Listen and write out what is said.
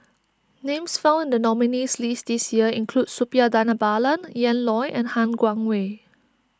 names found in the nominees' list this year include Suppiah Dhanabalan Ian Loy and Han Guangwei